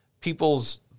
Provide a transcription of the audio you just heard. people's